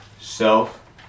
self